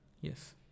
Yes